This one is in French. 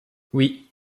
oui